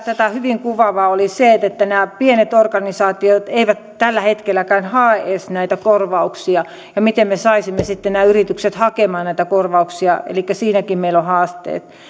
tätä hyvin kuvaavaa oli se että nämä pienet organisaatiot eivät tällä hetkelläkään hae edes näitä korvauksia miten me saisimme sitten nämä yritykset hakemaan näitä korvauksia siinäkin meillä on haasteita